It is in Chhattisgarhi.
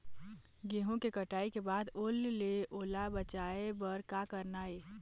गेहूं के कटाई के बाद ओल ले ओला बचाए बर का करना ये?